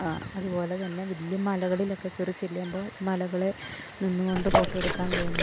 അതു പോലെ തന്നെ വലിയ മലകളിലൊക്കെ കയറിച്ചെല്ലുമ്പോൾ മലകളെ നിന്നു കൊണ്ട് ഫോട്ടോയെടുക്കാൻ തോന്നും